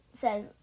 says